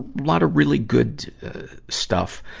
lot of really good stuff.